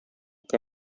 que